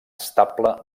estable